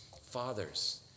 fathers